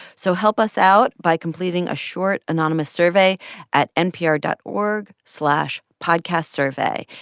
so help us out by completing a short, anonymous survey at npr dot org slash podcastsurvey.